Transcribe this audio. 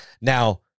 Now